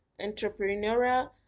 entrepreneurial